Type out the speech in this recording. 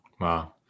Wow